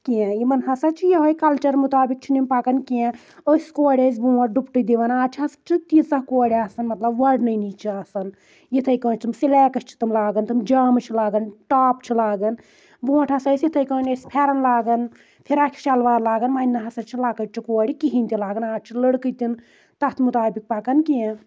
کینٛہہ یِمن ہسا چھِ یِہوے کلچر مُطابِق چھُنہٕ یِم پَکان کینٛہہ ٲسۍ کورِ ٲسۍ برونٹھ ڈُپٹہٕ دِوان آز چھِ حظ تیٖژاہ کورِ آسان مطلب وۄڈنٔنی چھِ آسان یِتھَے کٔںۍ تِم سلیکٕس چھ تِم لاگان تِم جامہٕ چھِ لاگان ٹاپ چھِ لاگان برونٹھ ہسا ٲسۍ یِتھَے کٔنۍ ٲسۍ پھیٚرَن لاگان فِراق شلوار لاگان وَنہِ نَسا چھِ لکٕٹۍ چہِ کورِ کہیٖنۍ تہِ لاگان آز چھنہٕ لڑکہٕ تہِ نہٕ تتھ مُطابِق پَکان کینٛہہ